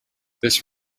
this